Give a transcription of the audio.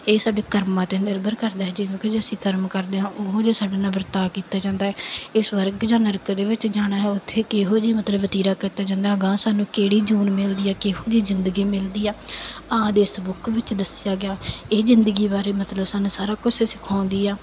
ਇਹ ਸਾਡੇ ਕਰਮਾਂ 'ਤੇ ਨਿਰਭਰ ਕਰਦਾ ਹੈ ਜਿਹੋ ਜੇ ਅਸੀਂ ਕਰਮ ਕਰਦੇ ਹਾਂ ਉਹ ਜਿਹੇ ਸਾਡੇ ਨਾਲ ਵਰਤਾਅ ਕੀਤਾ ਜਾਂਦਾ ਇਸ ਵਰਗ ਜਾਂ ਨਰਕ ਦੇ ਵਿੱਚ ਜਾਣਾ ਉੱਥੇ ਕਿਹੋ ਜਿਹੀ ਮਤਲਬ ਵਤੀਰਾ ਕੀਤਾ ਜਾਂਦਾ ਅਗਾਂਹ ਸਾਨੂੰ ਕਿਹੜੀ ਜੂਨ ਮਿਲਦੀ ਹੈ ਕਿਹੋ ਜਿਹੀ ਜਿੰਦਗੀ ਮਿਲਦੀ ਆ ਆਦਿ ਇਸ ਬੁੱਕ ਵਿੱਚ ਦੱਸਿਆ ਗਿਆ ਇਹ ਜਿੰਦਗੀ ਬਾਰੇ ਮਤਲਬ ਸਾਨੂੰ ਸਾਰਾ ਕੁਝ ਸਿਖਾਉਂਦੀ ਆ